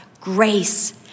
grace